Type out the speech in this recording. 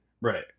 right